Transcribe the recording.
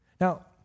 Now